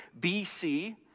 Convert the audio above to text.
BC